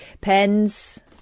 Pens